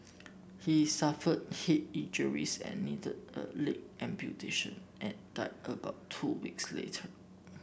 he suffered head injuries and needed a leg amputation and died about two weeks later